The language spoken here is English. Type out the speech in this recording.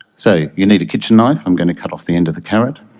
so, you need a kitchen knife. i'm going to cut off the end of the carrot.